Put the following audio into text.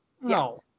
No